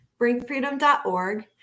bringfreedom.org